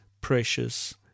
precious